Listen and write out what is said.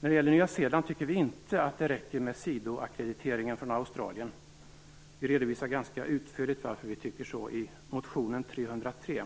det gäller Nya Zeeland tycker vi inte att det räcker med sidoackrediteringen från Australien. Vi redovisar ganska utförligt varför vi tycker så i motionen 303.